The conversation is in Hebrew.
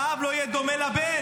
והאב לא יהיה דומה לבן.